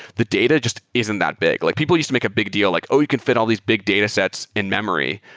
the data just isn't that big. like people used to make a big deal like, oh, you can fit all these big datasets in-memory.